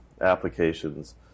applications